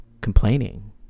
complaining